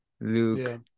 Luke